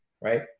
right